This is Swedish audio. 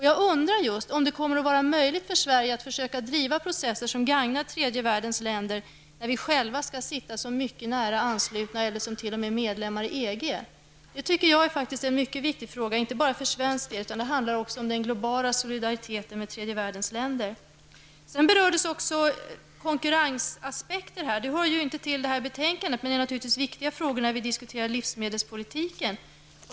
Jag undrar om det kommer att vara möjligt för Sverige att försöka driva processer som gagnar tredje världens länder, när vi själva skall sitta som nära anslutna eller t.o.m. som medlemmar i EG. Det är en viktig fråga inte bara för svensk del, utan även när det gäller den globala solidariteten med tredje världens länder. Konkurrensaspekter berördes också här. Det hör inte till detta betänkande. Men det är naturligtvis viktiga frågor när vi diskuterar livsmedelspolitiken.